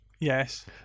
Yes